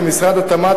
עם משרדי התמ"ת,